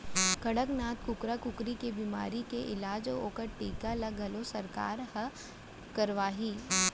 कड़कनाथ कुकरा कुकरी के बेमारी के इलाज अउ ओकर टीका ल घलौ सरकार हर करवाही